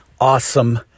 awesome